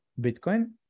bitcoin